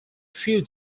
few